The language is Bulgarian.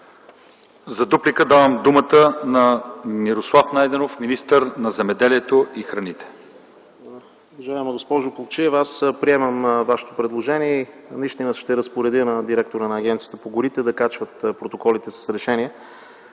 За дуплика давам думата на Мирослав Найденов – министър на земеделието и храните.